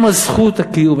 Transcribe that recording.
הם זכות הקיום,